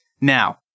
now